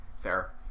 Fair